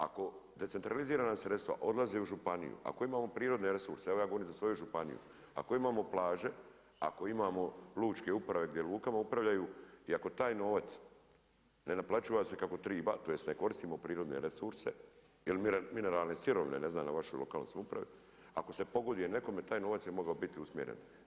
Ako decentralizirana sredstva odlaze u županiju, ako imamo prirodne resurse, evo ja govorim za svoju županiju, ako imamo plaže, ako imamo lučke uprave gdje lukama upravljaju i ako taj novac ne naplaćuje se kako triba, tj. ne koristimo prirodne resurse ili mineralne sirovine ne znam u vašoj lokalnoj samoupravi, ako se pogoduje nekome taj novac je mogao biti usmjeren.